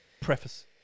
Preface